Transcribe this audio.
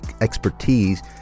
expertise